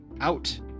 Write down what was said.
out